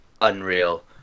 Unreal